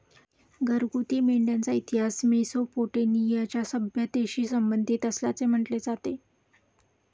घरगुती मेंढ्यांचा इतिहास मेसोपोटेमियाच्या सभ्यतेशी संबंधित असल्याचे म्हटले जाते